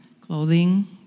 clothing